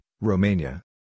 Romania